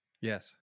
Yes